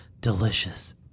Delicious